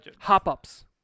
hop-ups